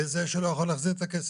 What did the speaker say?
בזה שהוא לא יכול להחזיר את הכסף,